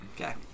Okay